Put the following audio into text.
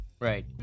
Right